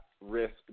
risk